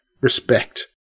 Respect